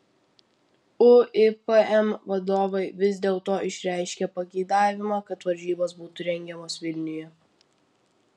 uipm vadovai vis dėlto išreiškė pageidavimą kad varžybos būtų rengiamos vilniuje